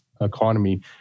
economy